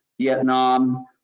Vietnam